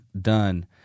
done